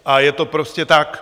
A je to prostě tak.